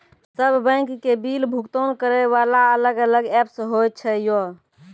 सब बैंक के बिल भुगतान करे वाला अलग अलग ऐप्स होय छै यो?